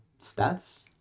stats